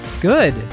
Good